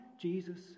jesus